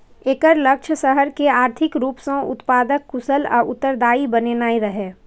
एकर लक्ष्य शहर कें आर्थिक रूप सं उत्पादक, कुशल आ उत्तरदायी बनेनाइ रहै